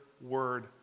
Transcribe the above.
word